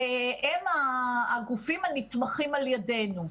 הם הגופים הנתמכים על ידינו.